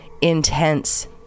intense